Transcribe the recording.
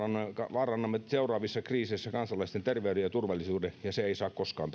vaarannamme seuraavissa kriiseissä kansalaisten terveyden ja turvallisuuden ja se ei saa koskaan